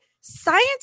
Science